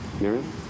Miriam